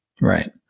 right